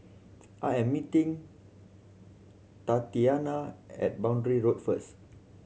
I am meeting Tatiana at Boundary Road first